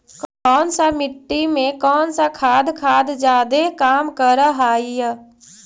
कौन सा मिट्टी मे कौन सा खाद खाद जादे काम कर हाइय?